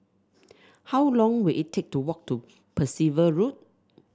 how long will it take to walk to Percival Road